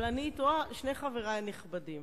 שני חברי הנכבדים,